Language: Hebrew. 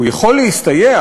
הוא יכול להסתייע,